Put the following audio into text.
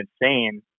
insane